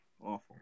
Awful